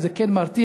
זה כן מרתיע.